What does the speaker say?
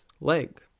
leg